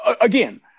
again